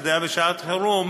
שהיה בשעת חירום,